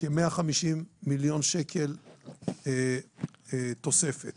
כ-150 מיליון שקל תוספת.